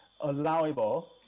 allowable